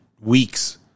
weeks